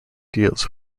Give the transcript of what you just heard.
deals